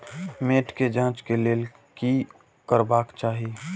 मैट के जांच के लेल कि करबाक चाही?